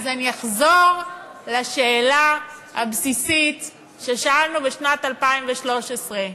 אז אני אחזור לשאלה הבסיסית ששאלנו בשנת 2013: